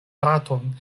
fraton